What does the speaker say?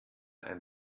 ein